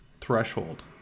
threshold